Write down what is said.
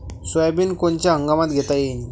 Soybean कोनच्या हंगामात घेता येईन?